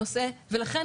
לכן,